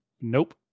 Nope